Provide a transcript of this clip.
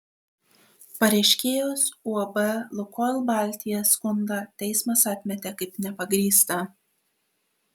pareiškėjos uab lukoil baltija skundą teismas atmetė kaip nepagrįstą